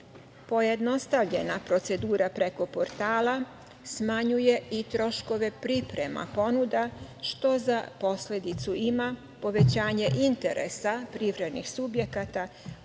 standard. Pojednostavljena procedura preko portala smanjuje i troškove priprema ponuda, što za posledicu ima povećanje interesa privrednih subjekata,